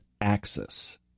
Axis